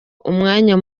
umwanya